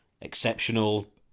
exceptional